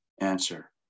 answer